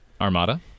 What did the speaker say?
Armada